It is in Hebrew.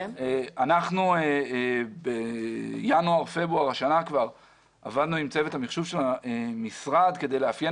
אנחנו בינואר-פברואר השנה עבדנו עם צוות המחשוב של המשרד כדי לאפיין